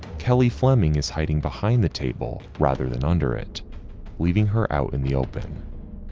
kelly fleming is hiding behind the table rather than under it leaving her out in the open.